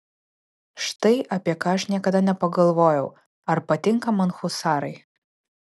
štai apie ką aš niekada nepagalvojau ar patinka man husarai